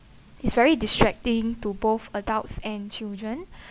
is very distracting to both adults and children